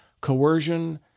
coercion